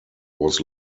was